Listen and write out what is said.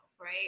right